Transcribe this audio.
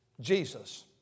Jesus